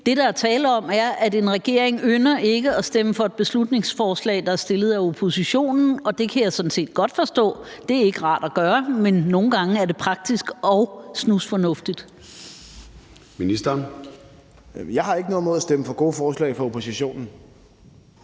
det, der er tale om, er, at en regering ikke ynder at stemme for et beslutningsforslag, der er fremsat af oppositionen. Det kan jeg sådan set godt forstå. Det er ikke rart at gøre, men nogle gange er det praktisk og snusfornuftigt. Kl. 15:57 Fjerde næstformand (Karina Adsbøl): Ministeren.